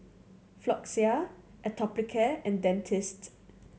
Floxia Atopiclair and Dentiste